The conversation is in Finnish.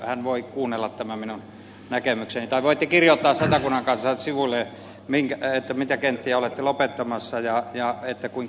hän voi kuunnella tämän minun näkemykseni tai voitte kirjoittaa satakunnan kansan sivuille mitä kenttiä olette lopettamassa ja kuinka hyvät ovat ratayhteydet